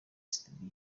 studio